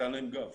נתן להם גב.